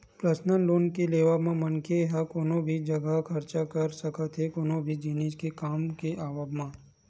personal loan के लेवब म मनखे ह कोनो भी जघा खरचा कर सकत हे कोनो भी जिनिस के काम के आवब म